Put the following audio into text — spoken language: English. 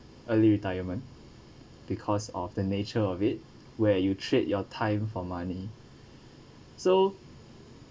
early retirement because of the nature of it where you trade your time for money so